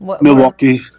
Milwaukee